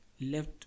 left